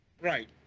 Right